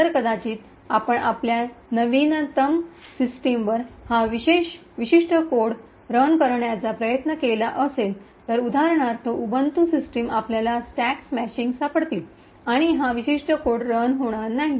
तर कदाचित आपण आपल्या नवीनतम सिस्टमवर हा विशिष्ट कोड रन करण्याचा प्रयत्न केला असेल तर उदाहरणार्थ उबंटू सिस्टम आपल्याला स्टॅक स्मॅशिंग सापडतील आणि हा विशिष्ट कोड रन होणार नाही